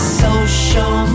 social